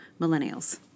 millennials